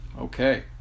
Okay